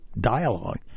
dialogue